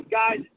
guys